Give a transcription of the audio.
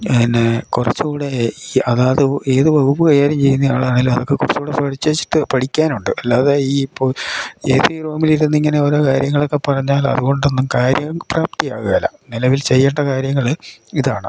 പിന്നെ കുറച്ചു കൂടെ ഈ അതാത് ഏത് വകുപ്പ് കൈകാര്യം ചെയ്യുന്ന ആളാണെങ്കിലും അതൊക്കെ കുറച്ചു കൂടെ പഠിച്ചിട്ട് പഠിക്കാനുണ്ട് അല്ലാതെ ഈ ഇപ്പം ഏത് റൂമിൽ ഇരുന്ന് ഇങ്ങനെ ഓരോ കാര്യങ്ങളൊക്ക പറഞ്ഞാൽ അത് കൊണ്ടൊന്നും കാര്യം പ്രാപ്തിയാകുകയില്ല നിലവിൽ ചെയ്യേണ്ട കാര്യങ്ങൾ ഇതാണ്